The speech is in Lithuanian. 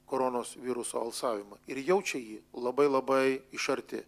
koronos viruso alsavimą ir jaučia jį labai labai iš arti